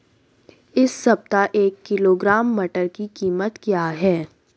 इस सप्ताह एक किलोग्राम मटर की कीमत क्या है?